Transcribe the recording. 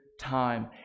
time